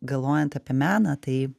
galvojant apie meną tai